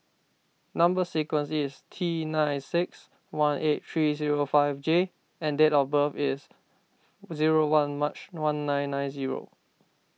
Number Sequence is T nine six one eight three zero five J and date of birth is zero one March one nine nine zero